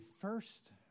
first